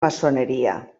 maçoneria